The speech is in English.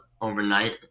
overnight